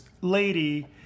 lady